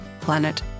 planet